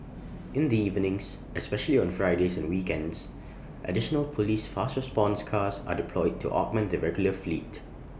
in the evenings especially on Fridays and weekends additional Police fast response cars are deployed to augment the regular fleet